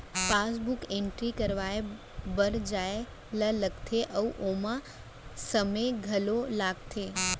passbook entry करवाए बर जाए ल लागथे अउ ओमा समे घलौक लागथे